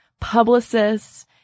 publicists